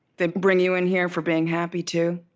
they bring you in here for being happy too?